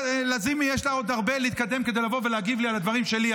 ללזימי יש עוד הרבה להתקדם כדי לבוא ולהגיב לי על הדברים שלי.